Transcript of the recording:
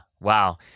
Wow